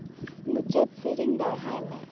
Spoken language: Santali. ᱢᱩᱪᱟᱹᱫ ᱥᱮᱨᱮᱧ ᱫᱚᱦᱲᱟᱭ ᱢᱮ